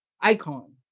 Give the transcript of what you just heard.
icon